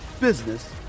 business